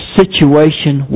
situation